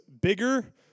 bigger